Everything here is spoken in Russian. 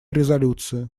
резолюции